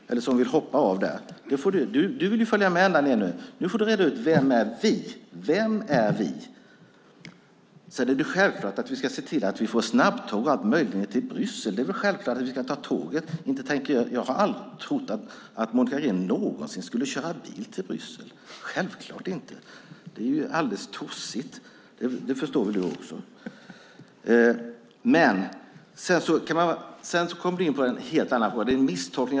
Du vill ju följa med ända ned, nu får du reda ut vem som är vi. Självklart ska vi se till att vi får snabbtåg och allt möjligt ned till Bryssel. Det är väl självklart att vi ska ta tåget. Jag har aldrig trott att Monica Green någonsin skulle köra bil till Bryssel. Självklart inte. Det är ju alldeles tossigt. Det förstår ju du också. Sedan kom du in på en helt annan sak och gjorde en misstolkning.